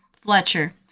Fletcher